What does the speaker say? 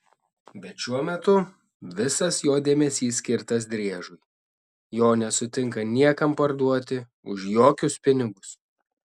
bet šiuo metu visas jo dėmesys skirtas driežui jo nesutinka niekam parduoti už jokius pinigus